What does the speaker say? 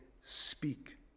Speak